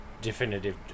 definitive